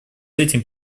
этим